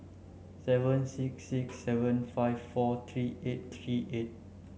seven six six seven five four three eight three eight